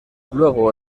luego